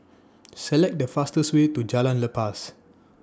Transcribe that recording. Select The fastest Way to Jalan Lepas